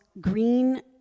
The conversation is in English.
green